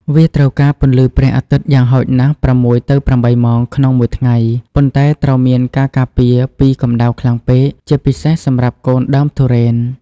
វាត្រូវការពន្លឺព្រះអាទិត្យ យ៉ាងហោចណាស់ ៦ ទៅ៨ ម៉ោងក្នុងមួយថ្ងៃ ប៉ុន្តែត្រូវមានការការពារពីកម្តៅខ្លាំងពេក ជាពិសេសសម្រាប់កូនដើមទុរេន។